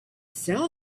sell